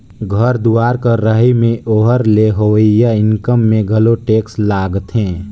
घर दुवार कर रहई में ओकर ले होवइया इनकम में घलो टेक्स लागथें